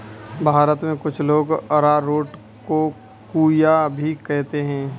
भारत में कुछ लोग अरारोट को कूया भी कहते हैं